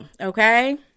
Okay